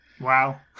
Wow